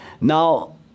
Now